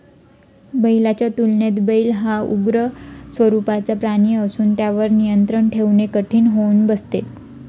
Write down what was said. बैलाच्या तुलनेत बैल हा उग्र स्वरूपाचा प्राणी असून त्यावर नियंत्रण ठेवणे कठीण होऊन बसते